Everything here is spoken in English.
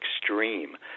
extreme